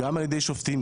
גם על ידי שופטים,